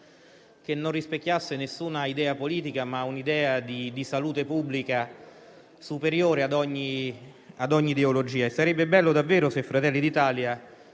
che non rispecchiasse alcuna idea politica, ma un'idea di salute pubblica superiore a ogni ideologia. Sarebbe bello davvero se Fratelli d'Italia